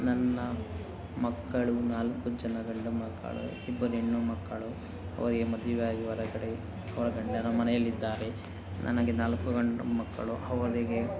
ನನ್ನ ಮಕ್ಕಳು ನಾಲ್ಕು ಜನ ಗಂಡು ಮಕ್ಕಳು ಇಬ್ಬರು ಹೆಣ್ಣು ಮಕ್ಕಳು ಅವರಿಗೆ ಮದುವೆಯಾಗಿ ಹೊರಗಡೆ ಅವರ ಗಂಡನ ಮನೆಯಲ್ಲಿದ್ದಾರೆ ನನಗೆ ನಾಲ್ಕು ಗಂಡು ಮಕ್ಕಳು ಅವರಿಗೆ